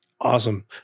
Awesome